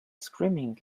screaming